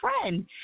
friend